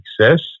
success